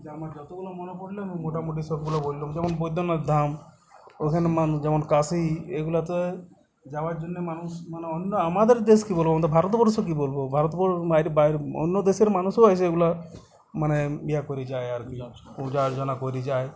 যে আমার যতগুলো মনে পড়লো আমি মোটামুটি সবগুলো বল্লুম যেমন বৈদ্যনাথ ধাম ওখানে মানুষ যেমন কাশী এইগুলোতে যাওয়ার জন্যে মানুষ মানে অন্য আমাদের দেশ কী বলবো আমাদের ভারতবর্ষ কী বলবো ভারতবর্ষের বাইরে বাইরে অন্য দেশের মানুষও এসে এগুলো মানে ইয়া করি যায় আর কি পূজা অর্চনা করে যায়